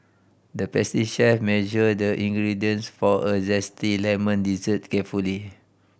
the chef measured the ingredients for a zesty lemon dessert carefully